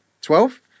Twelve